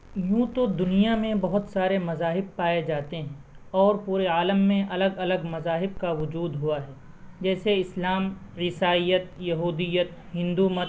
یوں تو دنیا میں بہت سارے مذاہب پائے جاتے ہیں اور پورے عالم میں الگ الگ مذاہب کا وجود ہوا ہے جیسے اسلام عیسائیت یہودیت ہندومت